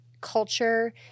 culture